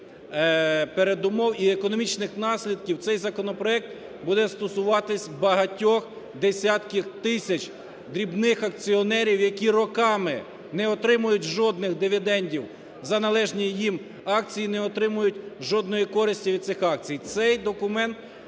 передумов і економічних наслідків, цей законопроект буде стосуватися багатьох десятків тисяч дрібних акціонерів, які роками не отримують жодних дивідендів за належні їм акції, не отримують жодної користі від цих акцій. Цей документ,